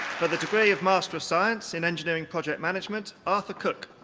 for the degree of master of science in engineering project management, arthur cook.